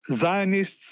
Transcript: Zionists